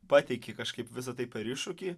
pateiki kažkaip visa tai per iššūkį